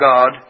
God